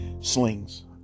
Slings